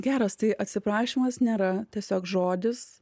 geras tai atsiprašymas nėra tiesiog žodis